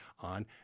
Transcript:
on